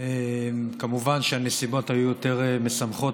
כמובן שהנסיבות היו יותר משמחות,